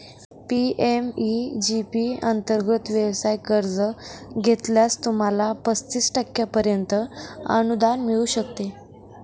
PMEG P अंतर्गत व्यवसाय कर्ज घेतल्यास, तुम्हाला पस्तीस टक्क्यांपर्यंत अनुदान मिळू शकते